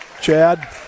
Chad